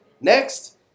Next